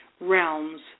realms